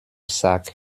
sack